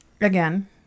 again